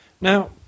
Now